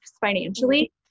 financially